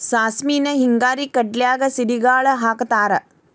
ಸಾಸ್ಮಿನ ಹಿಂಗಾರಿ ಕಡ್ಲ್ಯಾಗ ಸಿಡಿಗಾಳ ಹಾಕತಾರ